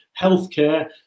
healthcare